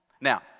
Now